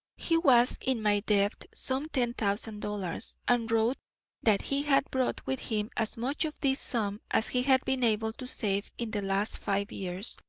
he was in my debt some ten thousand dollars, and wrote that he had brought with him as much of this sum as he had been able to save in the last five years,